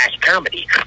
comedy